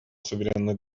суверенных